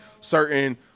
certain